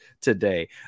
today